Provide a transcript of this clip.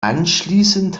anschließend